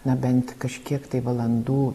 na bent kažkiek valandų